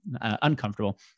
uncomfortable